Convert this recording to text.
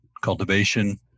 cultivation